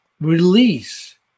release